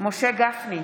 משה גפני,